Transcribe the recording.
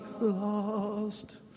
lost